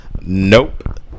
Nope